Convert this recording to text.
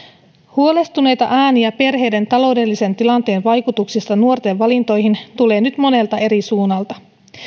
huolestuneita ääniä perheiden taloudellisen tilanteen vaikutuksista nuorten valintoihin tulee nyt monelta eri suunnalta